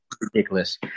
ridiculous